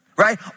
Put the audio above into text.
Right